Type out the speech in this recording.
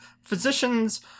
physicians